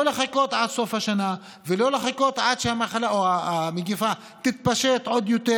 לא לחכות עד סוף השנה ולא לחכות עד שהמגפה תתפשט עוד יותר.